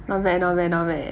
not bad not bad not bad